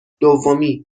دومی